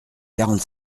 quarante